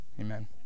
Amen